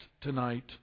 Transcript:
tonight